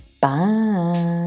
Bye